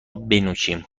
بنوشیم